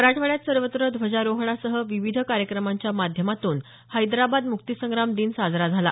मराठवाड्यात सर्वत्र ध्वजारोहणासह विविध कार्यक्रमाच्या माध्यमातून हैदराबाद मुक्तिसंग्राम दिन साजरा झाला